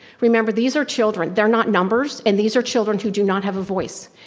remember, these are children, they're not numbers and these are children who do not have a voice.